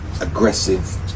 aggressive